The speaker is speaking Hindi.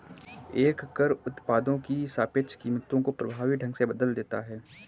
एक कर उत्पादों की सापेक्ष कीमतों को प्रभावी ढंग से बदल देता है